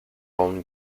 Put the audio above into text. own